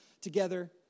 together